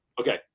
okay